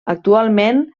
actualment